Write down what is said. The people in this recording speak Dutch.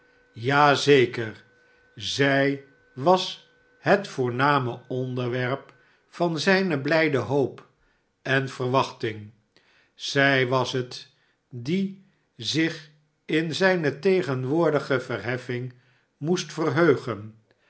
zeker zij was het voorname onderwerp van zijne blijde hoop en verwachting zij was het die zich in zijne tegenwoordige verheffing moest verheugen